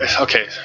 okay